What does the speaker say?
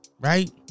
right